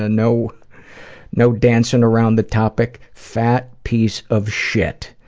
ah no no dancing around the topic. fat piece of shit.